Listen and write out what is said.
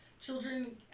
Children